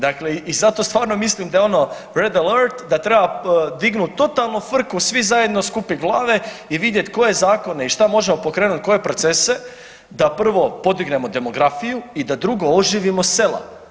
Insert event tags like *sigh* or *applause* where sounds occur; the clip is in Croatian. Dakle i zato stvarno mislim da je ono … *unintelligible* da treba dignuti totalno frku svi zajedno skupit glave i vidjet koje zakone i šta možemo pokrenuti koje procese da prvo podignemo demografiju i da drugo oživimo sela.